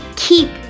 Keep